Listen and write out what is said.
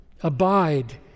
Abide